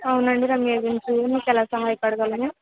అవునండి రమ్య ఏజెన్సీ మీకు ఎలాగ సహాయపడగలను